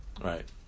Right